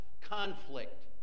conflict